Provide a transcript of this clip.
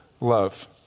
love